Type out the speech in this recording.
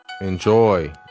enjoy